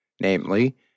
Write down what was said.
Namely